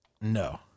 No